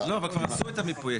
לא רלוונטית פה בכלל.